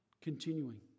Continuing